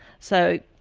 so,